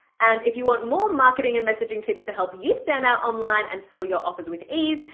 and if you want more marketing and messaging tips to help you stand out online and sell your offers with ease,